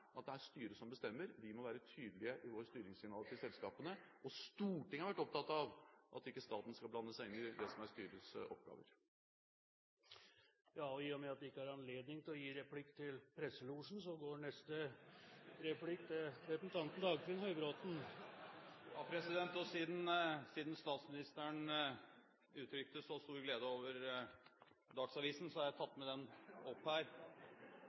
at det er styret som bestemmer. Vi må være tydelige i våre styringssignaler til selskapene. Og Stortinget har vært opptatt av at ikke staten skal blande seg inn i ting som er styrets oppgaver. I og med at det ikke er anledning til å gi replikk til presselosjen, går neste replikk til representanten Dagfinn Høybråten. Siden statsministeren uttrykte så stor glede over Dagsavisen, har jeg tatt den med her.